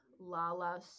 Lala